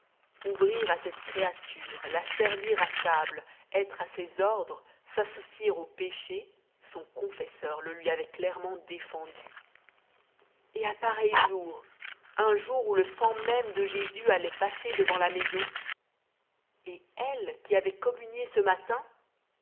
ouvrir à cette créature la servir à table être à ses ordres s'associer au péché son confesseur le lui avait clairement défendu et à pareil jour un jour où le sang même de jésus allait passer devant la maison et elle qui avait communié ce matin